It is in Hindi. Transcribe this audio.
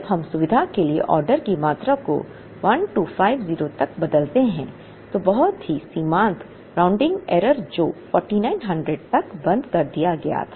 जब हम सुविधा के लिए ऑर्डर की मात्रा को 1250 तक बदलते हैं तो बहुत ही सीमांत राउंडिंग एरर जो 4900 तक बंद कर दिया गया था